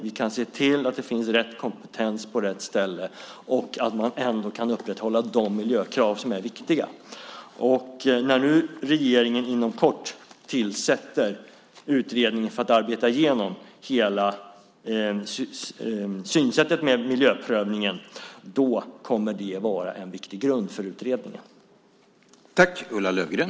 Vi kan se till att det finns rätt kompetens på rätt ställe och att man ändå kan upprätthålla de miljökrav som är viktiga. När nu regeringen inom kort tillsätter en utredning för att arbeta igenom hela synsättet med miljöprövningen kommer det att vara en viktig grund för utredningen.